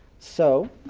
so